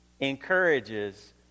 encourages